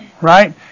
right